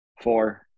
Four